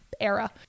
era